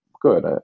good